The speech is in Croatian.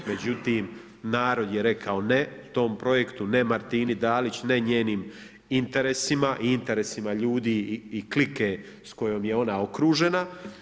Međutim, narod je rekao ne tom projektu, ne Martini Dalić, ne njenim interesima i interesima ljudi i klike s kojom je ona okružena.